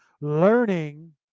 learning